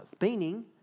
Meaning